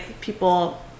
people